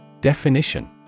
Definition